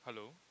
hello